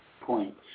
points